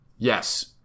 Yes